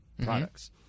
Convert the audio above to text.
products